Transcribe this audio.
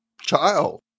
child